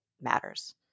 matters